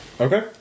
Okay